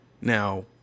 Now